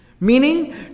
Meaning